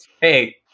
Hey